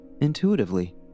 intuitively